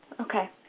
okay